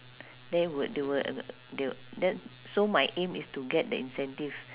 then would they would they would then so my aim is to get the incentive